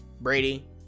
Brady